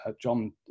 John